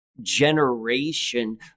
generation